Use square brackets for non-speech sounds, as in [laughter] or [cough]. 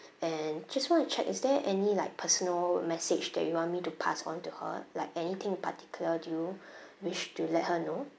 and just want to check is there any like personal message that you want me to pass on to her like anything particular do you [breath] wish to let her know